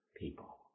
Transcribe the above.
people